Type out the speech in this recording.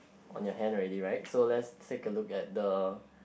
on your hand already right so let's take a look at the